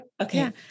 okay